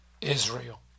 Israel